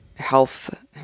health